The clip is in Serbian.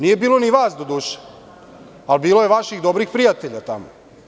Nije bilo ni vas doduše, ali bilo je vaših dobrih prijatelja tamo.